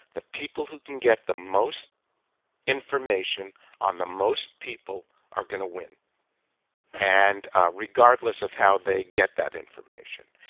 the people who can get the most information on the most people are going to win and ah regardless of how they get that information.